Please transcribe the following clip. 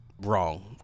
Wrong